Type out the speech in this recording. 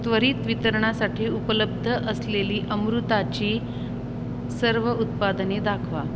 त्वरित वितरणासाठी उपलब्ध असलेली अमृताची सर्व उत्पादने दाखवा